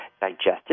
digested